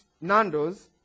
Nando's